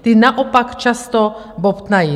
Ta naopak často bobtnají.